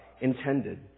intended